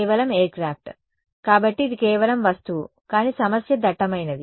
కేవలం ఎయిర్క్రాఫ్ట్ కాబట్టి ఇది కేవలం వస్తువు కానీ సమస్య దట్టమైనది